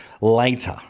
later